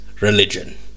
religion